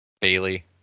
Bailey